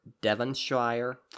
Devonshire